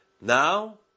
Now